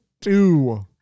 two